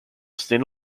stand